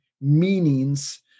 meanings